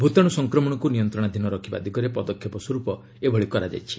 ଭୂତାଣୁ ସଂକ୍ରମଣକୁ ନିୟନ୍ତ୍ରଣାଧୀନ ରଖିବା ଦିଗରେ ପଦକ୍ଷେପ ସ୍ୱରୂପ ଏହା କରାଯାଉଛି